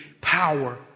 power